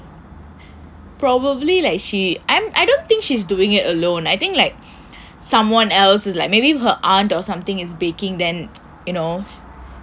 probably like she I don't think she's doing it alone I think like someone else is like maybe her aunt or something is baking then you know